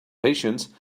patience